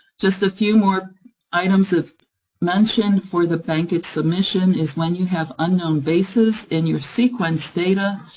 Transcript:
just a few more items of mention for the bankit submission, is when you have unknown bases in your sequence data,